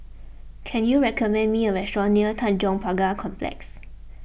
can you recommend me a restaurant near Tanjong Pagar Complex